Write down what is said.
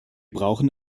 brauchen